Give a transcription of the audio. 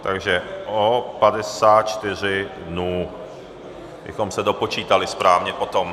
Takže o 54 dnů, abychom se dopočítali správně potom.